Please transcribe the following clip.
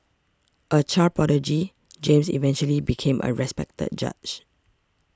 a child prodigy James eventually became a respected judge